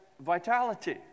vitality